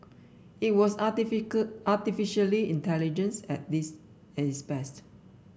it was artificially intelligence at this its best